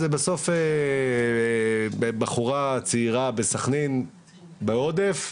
בחורה צעירה בסחנין בעודף,